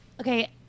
okay